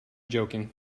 joking